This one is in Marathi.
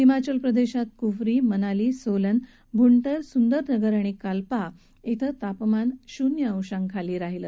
हिमाचल प्रदेशात कुफ्री मनाली सोलन भुंटर सुंदरनगर आणि कल्पा क्रे तापमान शून्य अंशाखाली राहिलं